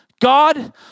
God